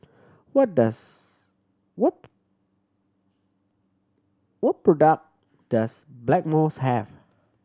what does what what product does Blackmores have